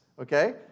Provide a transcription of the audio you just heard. Okay